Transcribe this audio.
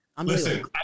Listen